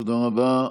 תודה רבה.